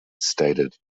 stated